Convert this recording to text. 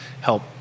help